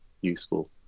useful